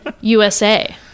USA